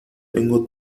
tengo